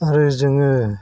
आरो जोङो